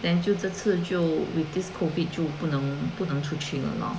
then 就这次就 with this COVID 就不能不能出去了 lor